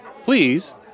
Please